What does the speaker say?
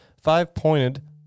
five-pointed